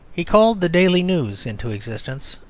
he called the daily news into existence,